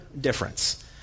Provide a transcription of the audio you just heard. difference